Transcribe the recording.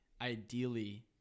ideally